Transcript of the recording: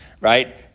right